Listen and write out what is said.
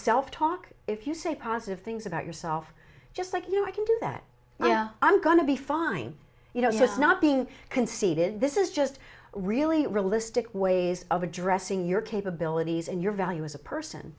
self talk if you say positive things about yourself just like you know i can do that i'm going to be fine you know it's not being conceded this is just really realistic ways of addressing your capabilities and your value as a person